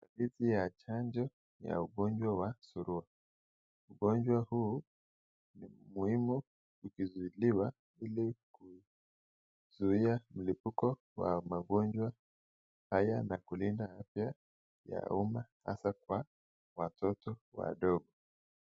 Ofisi ya chanjo ya wagonjwa wa surua. Ugonjwa huu ni muhimu ukizuiliwa ili kuzuia mlipuko wa magonjwa haya na kulinda afya ya umma hasa kwa watoto wadogo.